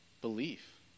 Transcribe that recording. belief